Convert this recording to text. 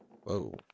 Whoa